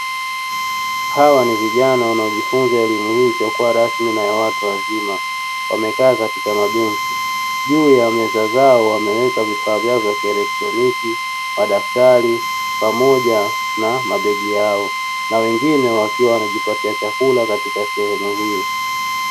Hawa ni vijana wanaojifunza elimu hii isiyokuwa rasmi na ya watu wazima wamekaa katika mabenchi. Juu ya meza zao wameweka vifaa vyao vya kielektroniki, madaftari pamoja na mabegi yao; na wengine wakiwa wamejipatia chakula katika sehemu hii.